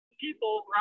people